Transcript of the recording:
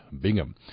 Bingham